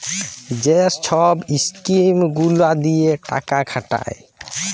যে ছব ইস্কিম গুলা দিঁয়ে টাকা খাটায়